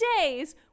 days